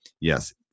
Yes